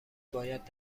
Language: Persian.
باید